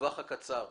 לטווח הקצר,